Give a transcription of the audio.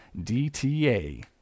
DTA